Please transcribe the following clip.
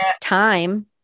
time